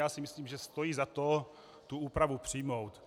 Já si myslím, že stojí za to tu úpravu přijmout.